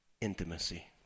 intimacy